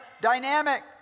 dynamic